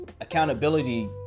accountability